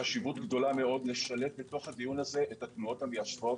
יש חשיבות גדולה מאוד לשלב בתוך הדיון הזה את התנועות המיישבות.